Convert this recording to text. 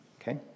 Okay